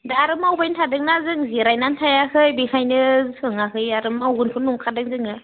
दा आरो मावबायनो थादोंना जों जिरायनानै थायाखै बेखायनो सोङाखै आरो मावगोनखौ नंखादों जोङो